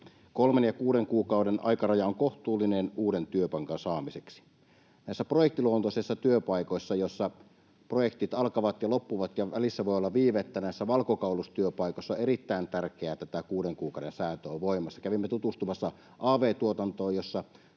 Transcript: Kolmen ja kuuden kuukauden aikaraja on kohtuullinen uuden työpaikan saamiseksi. Näissä projektiluontoisissa valkokaulustyöpaikoissa, joissa projektit alkavat ja loppuvat ja välissä voi olla viivettä, on erittäin tärkeää, että tämä kuuden kuukauden sääntö on voimassa. Kävimme tutustumassa av-tuotantoon, jossa